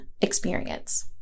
experience